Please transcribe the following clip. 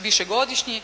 višegodišnji